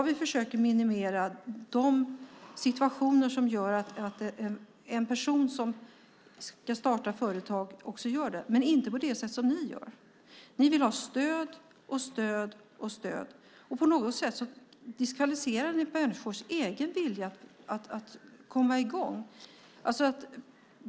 Vi försöker minimera situationerna så att en person som ska starta företag också gör det, men inte på det sätt som ni gör det. Ni vill ha stöd, stöd och stöd. På något sätt diskvalificerar ni människors egen vilja att komma i gång.